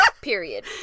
period